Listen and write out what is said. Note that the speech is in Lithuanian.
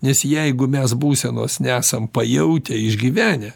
nes jeigu mes būsenos nesam pajautę išgyvenę